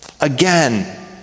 Again